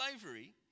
slavery